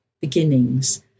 beginnings